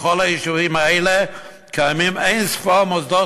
ובכל היישובים האלה קיימים אין-ספור מוסדות